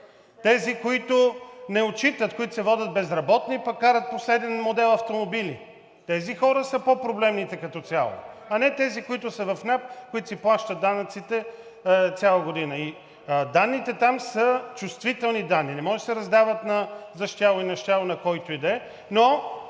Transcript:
тези, които не се отчитат, които се водят безработни, а пък карат последен модел автомобили. Тези хора са по-проблемните като цяло, а не тези, които са в НАП и които си плащат данъците цяла година. Данните там са чувствителни и не могат да се раздават за щяло и нещяло на когото и да е.